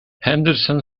henderson